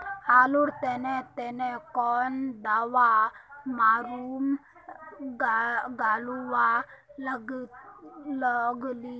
आलूर तने तने कौन दावा मारूम गालुवा लगली?